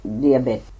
Diabetes